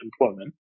employment